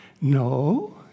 No